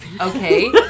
Okay